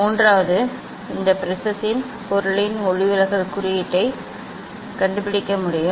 மூன்றாவது இந்த ப்ரிஸத்தின் பொருளின் ஒளிவிலகல் குறியீட்டைக் கண்டுபிடிக்க முடியும்